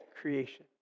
creation